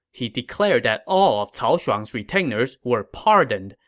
he declared that all of cao shuang's retainers were pardoned,